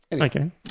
okay